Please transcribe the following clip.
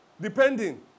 Depending